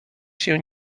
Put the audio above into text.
się